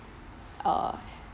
uh